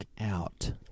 out